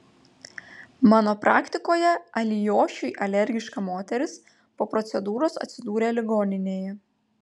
mano praktikoje alijošiui alergiška moteris po procedūros atsidūrė ligoninėje